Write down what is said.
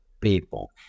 people